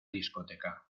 discoteca